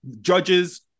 judges